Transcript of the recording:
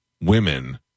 women